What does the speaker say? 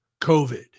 COVID